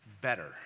better